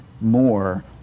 more